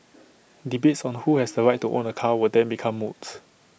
debates on the who has the right to own A car would then become moot